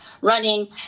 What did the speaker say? running